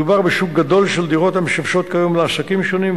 מדובר בשוק גדול של דירות המשמשות כיום לעסקים שונים,